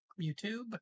YouTube